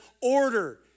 order